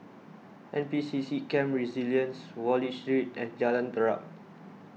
N P C C Camp Resilience Wallich Street and Jalan Terap